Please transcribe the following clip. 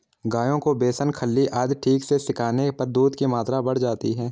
गायों को बेसन खल्ली आदि ठीक से खिलाने पर दूध की मात्रा बढ़ जाती है